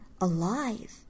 alive